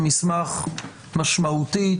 המסמך משמעותי,